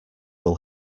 will